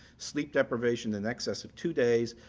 sleep deprivation in excess of two days,